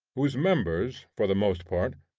whose members, for the most part,